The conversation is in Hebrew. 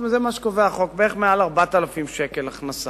זה מה שקובע החוק, מעל 4,000 שקל בערך הכנסה.